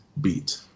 Beat